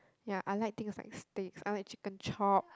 ya like things like steaks I like chicken chop